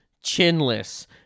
Chinless